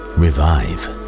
revive